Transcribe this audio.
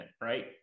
right